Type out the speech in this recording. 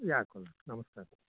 ಯಾಕೂ ಅಲ್ಲರೀ ನಮಸ್ಕಾರ ರೀ